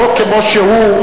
החוק כמו שהוא,